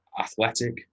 athletic